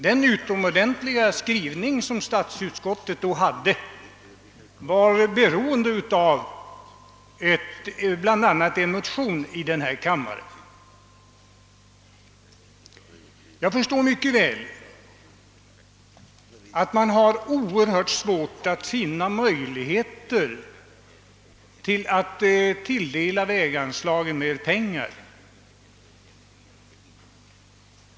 Denna utomordentliga skrivning grundades bl.a. på en motion i denna kammare. Jag förstår mycket väl att man har svårt att finna möjligheter att anslå mera pengar till vägarna.